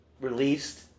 released